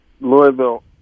Louisville